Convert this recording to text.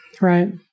Right